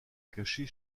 cacher